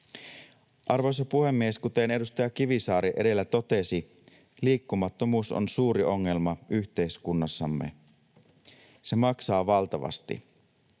Arvoisa puhemies! Kuten edustaja Kivisaari edellä totesi, liikkumattomuus on suuri ongelma yhteiskunnassamme. Se maksaa valtavasti.